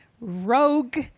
Rogue